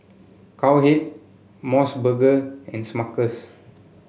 Cowhead MOS burger and Smuckers